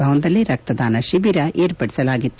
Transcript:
ಭವನದಲ್ಲಿ ರಕ್ತದಾನ ಶಿಬಿರ ಏರ್ಪಡಿಸಲಾಗಿತ್ತು